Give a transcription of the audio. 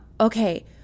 okay